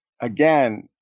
again